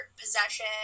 possession